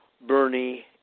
Bernie